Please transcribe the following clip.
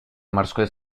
морской